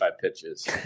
pitches